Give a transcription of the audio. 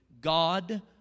God